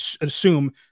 assume